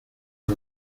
que